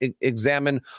examine